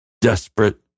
desperate